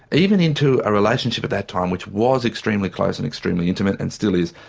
even into a relationship at that time which was extremely close and extremely intimate, and still is.